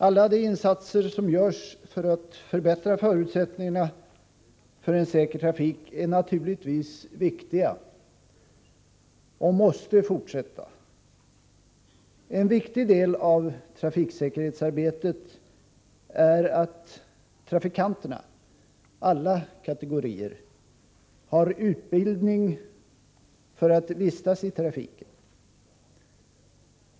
Alla de insatser som görs för att förbättra förutsättningarna för en säker trafik är naturligtvis viktiga och måste fortsätta. En viktig del av trafiksäkerhetsarbetet är att trafikanterna — av alla kategorier — har utbildning för att vistas i trafiken.